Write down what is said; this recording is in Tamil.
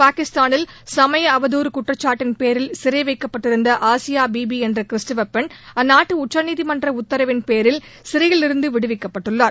பாகிஸ்தானில் சமய அவதூறு குற்றச்சாட்டின் பேரில் சிறை வைக்கப்பட்டிருந்த ஆசியா பிபி என்ற கிறிஸ்தவ பெண் அந்நாட்டு உச்சநீதிமன்ற உத்தரவின்பேரில் சிறையிலிருந்து விடுவிக்கப்பட்டுள்ளார்